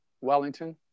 Wellington